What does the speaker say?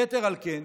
יתר על כן,